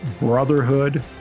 brotherhood